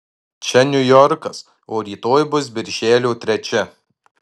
čia niujorkas o rytoj bus birželio trečia